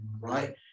right